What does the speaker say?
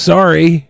Sorry